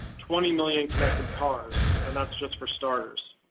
twenty million connected cars and that's just for starters.